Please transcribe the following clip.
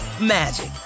magic